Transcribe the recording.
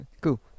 Cool